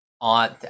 on